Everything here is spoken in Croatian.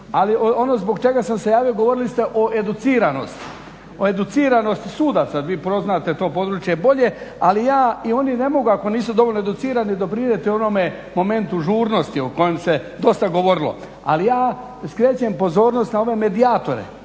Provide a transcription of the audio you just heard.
Ali ono zbog čega sam se javio, govorili ste o educiranosti, o educiranosti sudaca, vi poznate to područje bolje. Ali ja, i oni ne mogu ako nisu dovoljno educirani doprinijeti onome momentu žurnosti o kojem se dosta govorilo. Ali ja skrećem pozornost na ove medijatore